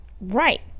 Right